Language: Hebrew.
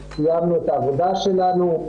קיימנו את העבודה שלנו.